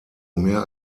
mehr